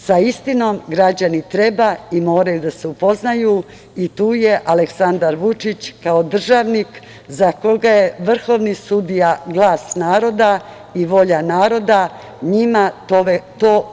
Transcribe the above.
Sa istinom građani treba i moraju da se upoznaju i tu je Aleksandar Vučić kao državnik za koga je vrhovni sudija glas naroda i volja naroda, njima to uvek i govori.